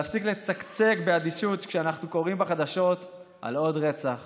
להפסיק לצקצק באדישות כשאנחנו קוראים בחדשות על עוד רצח